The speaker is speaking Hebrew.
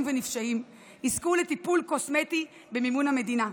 ונפשעים יזכו לטיפול קוסמטי במימון המדינה.